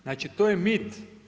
Znači to je mit.